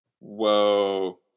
Whoa